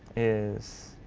is